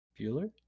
bueller